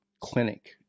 clinic